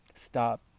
stop